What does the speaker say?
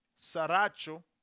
Saracho